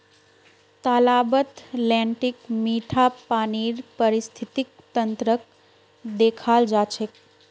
तालाबत लेन्टीक मीठा पानीर पारिस्थितिक तंत्रक देखाल जा छे